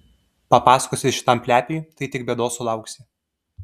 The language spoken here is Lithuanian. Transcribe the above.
papasakosi šitam plepiui tai tik bėdos sulauksi